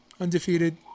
undefeated